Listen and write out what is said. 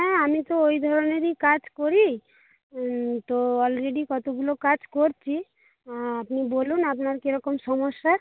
হ্যাঁ আমি তো ওই ধরনেরই কাজ করি তো অলরেডি কতগুলো কাজ করছি আপনি বলুন আপনার কীরকম সমস্যা